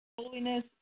holiness